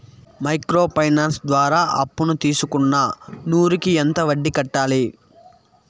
Micro finance ద్వారా అప్పును తీసుకున్న నూరు కి వడ్డీ ఎంత కట్టాలి?